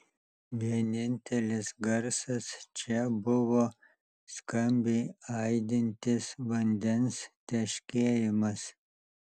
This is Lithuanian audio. vienintelis garsas čia buvo skambiai aidintis vandens teškėjimas